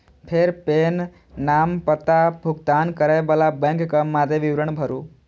फेर पेन, नाम, पता, भुगतान करै बला बैंकक मादे विवरण भरू